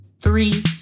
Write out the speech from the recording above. three